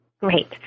Great